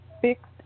fixed